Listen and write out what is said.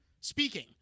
speaking